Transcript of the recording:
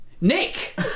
Nick